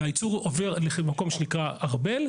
והייצור הולך למקום שנקרא ארבל,